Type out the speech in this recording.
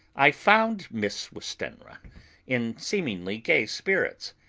i found miss westenra in seemingly gay spirits.